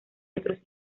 otros